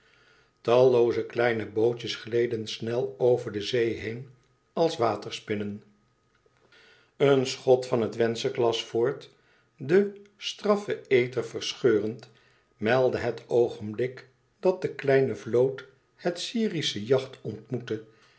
tallooze kleine bootjes gleden snel over de zee heen als waterspinnen een schot van wenceslas fort den straffen ether verscheurend meldde het oogenblik dat de kleine vloot het syrische yacht ontmoette